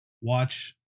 Watch